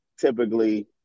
Typically